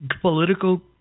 Political